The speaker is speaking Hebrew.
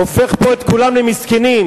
הופך פה את כולם למסכנים,